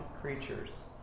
creatures